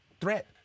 threat